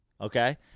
Okay